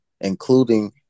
including